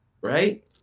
right